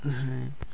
ᱦᱮᱸ